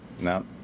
no